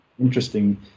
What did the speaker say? interesting